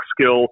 skill